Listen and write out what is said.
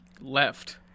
left